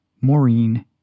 Maureen